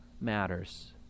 matters